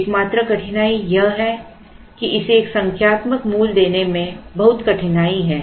एकमात्र कठिनाई यह है कि इसे एक संख्यात्मक मूल्य देने में बहुत कठिनाई है